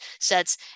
sets